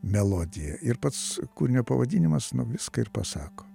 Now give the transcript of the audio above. melodija ir pats kūrinio pavadinimas nu viską ir pasako